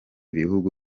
bihugu